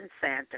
Santa